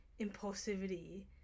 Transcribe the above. impulsivity